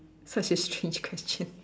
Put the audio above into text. such a strange question